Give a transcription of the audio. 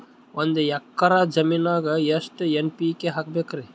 ಒಂದ್ ಎಕ್ಕರ ಜಮೀನಗ ಎಷ್ಟು ಎನ್.ಪಿ.ಕೆ ಹಾಕಬೇಕರಿ?